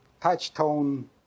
touch-tone